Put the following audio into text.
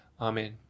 Amen